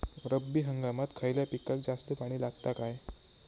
रब्बी हंगामात खयल्या पिकाक जास्त पाणी लागता काय?